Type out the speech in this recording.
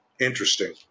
interesting